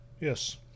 Yes